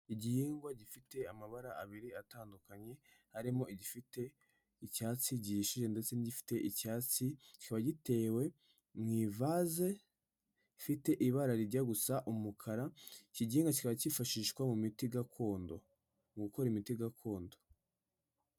Igihingwa gifite amabara abiri atandukanye, harimo igifite icyatsi gihishije ndetse n'igifite icyatsi, kikaba gitewe mu ivase ifite ibara rijya gusa umukara, iki gihingwa kiba cyifashishwa mu miti gakondo, mu gukora imiti gakondo.